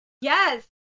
Yes